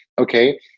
Okay